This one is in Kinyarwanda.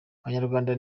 abanyarwanda